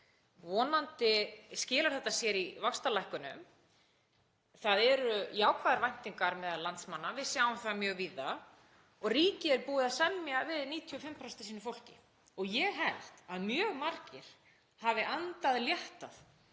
Vonandi skilar þetta sér í vaxtalækkunum. Það eru jákvæðar væntingar meðal landsmanna, við sjáum það mjög víða. Ríkið er búið að semja við 95% af sínu fólki og ég held að mjög margir hafi andað léttar